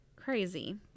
crazy